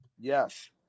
Yes